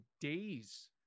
days